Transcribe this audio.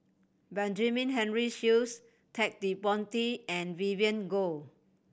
Benjamin Henry Sheares Ted De Ponti and Vivien Goh